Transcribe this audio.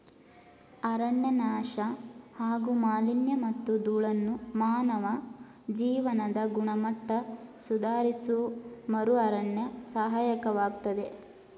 ಅರಣ್ಯನಾಶ ಹಾಗೂ ಮಾಲಿನ್ಯಮತ್ತು ಧೂಳನ್ನು ಮಾನವ ಜೀವನದ ಗುಣಮಟ್ಟ ಸುಧಾರಿಸಲುಮರುಅರಣ್ಯ ಸಹಾಯಕವಾಗ್ತದೆ